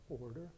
order